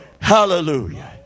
Hallelujah